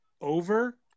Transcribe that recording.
over